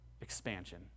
expansion